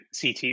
CT